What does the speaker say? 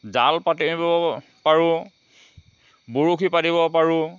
জাল পাতিব পাৰোঁ বৰশি পাতিব পাৰোঁ